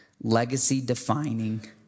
legacy-defining